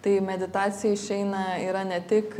tai meditacija išeina yra ne tik